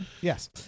Yes